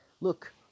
Look